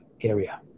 area